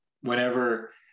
whenever